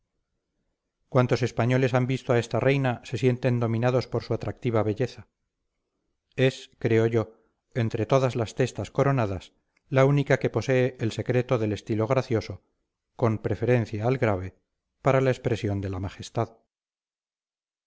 cuantos españoles han visto a esta reina se sienten dominados por su atractiva belleza es creo yo entre todas las testas coronadas la única que posee el secreto del estilo gracioso con preferencia al grave para la expresión de la majestad